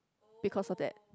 because of that